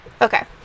Okay